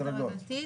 אז להדגיש את זה.